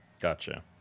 Gotcha